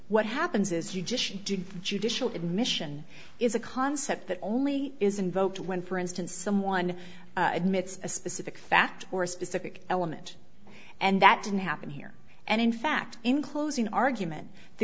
what happens is you just did a judicial admission is a concept that only is invoked when for instance someone admits a specific fact or a specific element and that didn't happen here and in fact in closing argument the